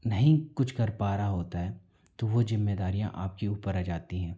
नहीं कुछ कर पा रहा होता है तो वो जिम्मेदारियाँ आपके ऊपर आ जाती है